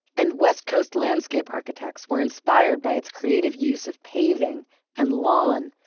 and west coast landscape architects were inspired by its creative use of paving and lawn,